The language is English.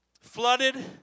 flooded